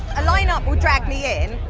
a lineup will drag me in.